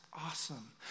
Awesome